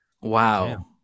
Wow